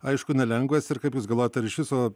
aišku nelengvas ir kaip jūs galvojat ar iš viso